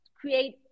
create